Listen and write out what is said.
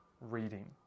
reading